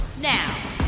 Now